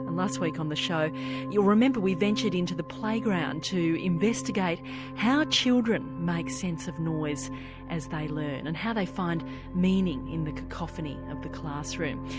and last week on the show you will remember we ventured into the playground to investigate how children make sense of noise as they learn, and how they find meaning in the cacophony of the classroom.